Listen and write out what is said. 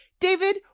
David